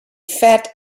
fat